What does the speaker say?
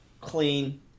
clean